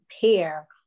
pair